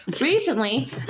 Recently